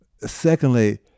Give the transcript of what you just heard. Secondly